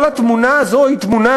כל התמונה הזאת היא תמונה